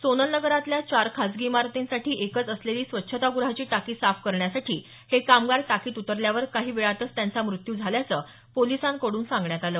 सोनल नगरातल्या चार खासगी इमारतींसाठी एकच असलेली स्वच्छताग्रहाची टाकी साफ करण्यासाठी हे कामगार टाकीत उतरल्यावर काही वेळातच त्यांचा मृत्यू झाल्याचं पोलिसांकडून सांगण्यात आल